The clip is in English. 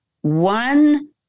One